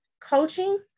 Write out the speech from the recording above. coaching